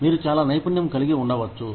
మీరు చాలా నైపుణ్యం కలిగి ఉండవచ్చు